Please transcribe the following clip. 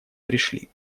пришли